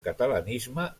catalanisme